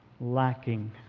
lacking